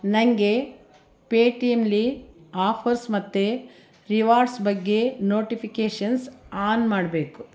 ನನಗೆ ಪೇ ಟಿ ಎಮ್ಲಿ ಆಫರ್ಸ್ ಮತ್ತೆ ರಿವಾರ್ಡ್ಸ್ ಬಗ್ಗೆ ನೋಟಿಫಿಕೇಷನ್ಸ್ ಆನ್ ಮಾಡಬೇಕು